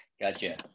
gotcha